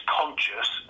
conscious